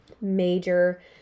major